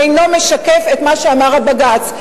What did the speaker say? אינו משקף את מה שאמר הבג"ץ.